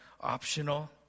optional